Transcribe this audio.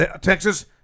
Texas